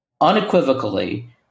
Unequivocally